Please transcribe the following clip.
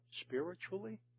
spiritually